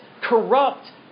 corrupt